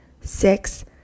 six